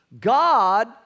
God